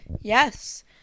Yes